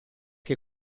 che